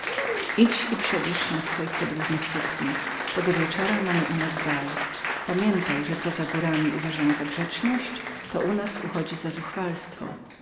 idź i przebierz się z twoich podróżnych sukni tego wieczora mamy u nas bal pamiętaj że co za górami uważają za grzeczność to u nas uchodzi za